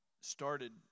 started